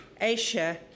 Asia